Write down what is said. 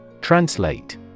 Translate